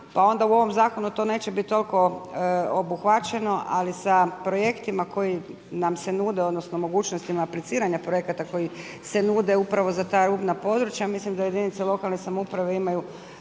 Pa onda u ovom zakonu to neće biti toliko obuhvaćeno ali sa projektima koji nam se nude odnosno mogućnostima apliciranja projekata koji se nude upravo za ta rubna područja. Mislim da jedinice lokalne samouprave imaju